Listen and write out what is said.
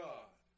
God